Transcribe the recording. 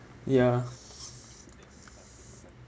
ya